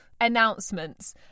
announcements